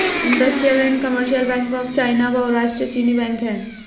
industrial and commercial bank of China बहुराष्ट्रीय चीनी bank है